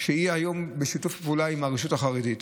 שהיא היום בשיתוף פעולה עם הרשות החרדית,